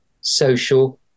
social